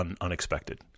unexpected